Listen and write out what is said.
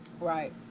Right